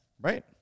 Right